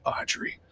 Audrey